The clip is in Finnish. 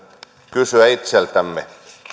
kysyä itseltämme